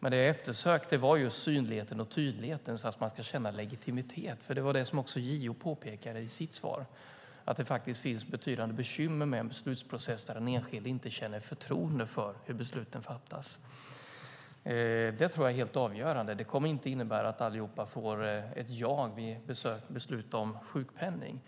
Det jag eftersökte var just synligheten och tydligheten så att man ska känna legitimitet, och JO påpekade också i sitt svar att det finns betydande bekymmer med en beslutsprocess där den enskilde inte känner förtroende för hur besluten fattas. Det tror jag är helt avgörande. Det kommer inte att innebära att alla får ett ja vid beslut om sjukpenning.